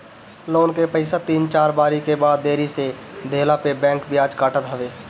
loan के पईसा तीन चार बारी के बाद देरी से देहला पअ बैंक बियाज काटत हवे